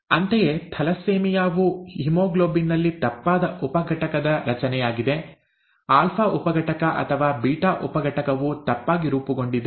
ಅಂತೆಯೇ ಥಲಸ್ಸೆಮಿಯಾ ವು ಹಿಮೋಗ್ಲೋಬಿನ್ ನಲ್ಲಿ ತಪ್ಪಾದ ಉಪ ಘಟಕದ ರಚನೆಯಾಗಿದೆ ಆಲ್ಫಾ ಉಪ ಘಟಕ ಅಥವಾ ಬೀಟಾ ಉಪ ಘಟಕವು ತಪ್ಪಾಗಿ ರೂಪುಗೊಂಡಿದೆ